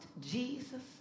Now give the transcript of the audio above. Jesus